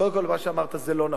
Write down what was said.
קודם כול, מה שאמרת זה לא נכון.